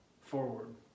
forward